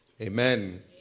amen